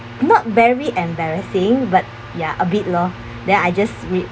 not very embarrassing but ya a bit lor then I just wait